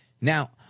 Now